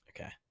Okay